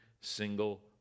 single